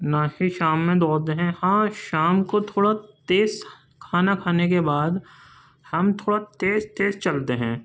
نہ ہی شام میں دوڑتے ہیں ہاں شام کو تھوڑا تیز کھانا کھانے کے بعد ہم تھوڑا تیز تیز چلتے ہیں